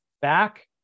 back